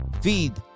Feed